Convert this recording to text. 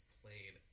played